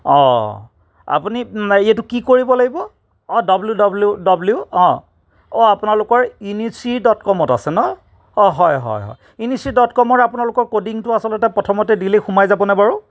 অ' আপুনি এইটো কি কৰিব লাগিব অ' ডাব্লিউ ডাব্লিউ ডাব্লিউ অ' অ' আপোনালকৰ ইনিচি ডট কম ত আছে ন অ' হয় হয় ইনিচি ডট কম ৰ আপোনালকৰ কোডিংটো আচলতে প্ৰথমতে দিলেই সোমাই যাবনে বাৰু